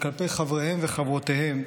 וכלפי חבריהם וחברותיהם,